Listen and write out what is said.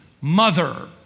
mother